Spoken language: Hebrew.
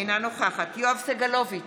אינה נוכחת יואב סגלוביץ'